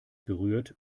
berührt